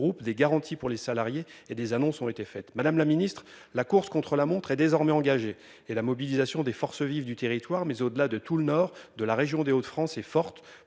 des garanties pour les salariés et des annonces ont été faites. Madame la Ministre la course contre la montre est désormais engagée et la mobilisation des forces vives du territoire. Mais au-delà de tout le nord de la région des Hauts-de-France et forte